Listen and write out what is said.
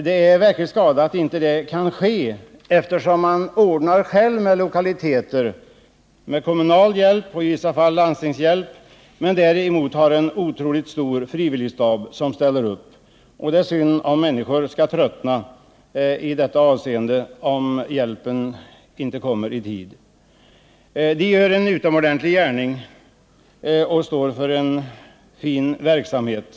Det är verkligen skada att det inte kan ske, eftersom man själv håller sig med lokaler, ibland med kommunal hjälp och i vissa fall med landstingshjälp, och har en otroligt stor frivilligstab som ställer upp. Det vore synd om människor skall tröttna därför att hjälpen inte kommer i tid. De gör en utomordentlig gärning och står för en fin verksamhet.